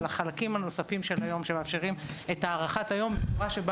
על החלקים הנוספים של היום שמאפשרים את הארכת היום בצורה שבה